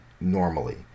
normally